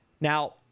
Now